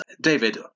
David